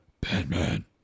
Batman